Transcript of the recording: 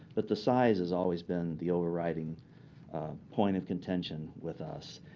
but the size has always been the overriding point of contention with us.